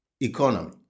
economy